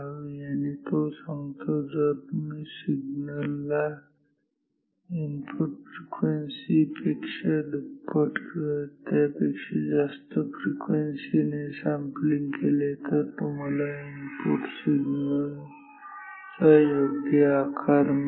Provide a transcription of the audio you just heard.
आणि तो सांगतो जर तुम्ही सिग्नल ला इनपुट फ्रिक्वेन्सी पेक्षा दुप्पट किंवा त्याच्यापेक्षा जास्त फ्रिक्वेन्सी ने सॅम्पलिंग केले तर तुम्हाला इनपुट सिग्नल चा योग्य आकार मिळेल